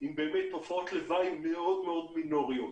עם תופעות לוואי מאוד מינוריות,